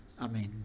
Amen